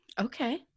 Okay